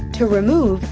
to remove,